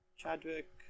Chadwick